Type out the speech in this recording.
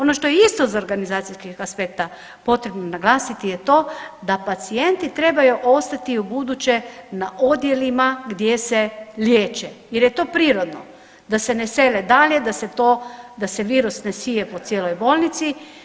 Ono što je isto iz organizacijskog aspekta potrebno naglasiti je to da pacijenti trebaju ostati u buduće na odjelima gdje se liječe jer je to prirodno, da se ne sele dalje, da se to, da se virus ne sije po cijeloj bolnici.